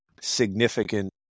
significant